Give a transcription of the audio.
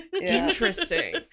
interesting